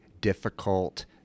difficult